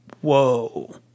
whoa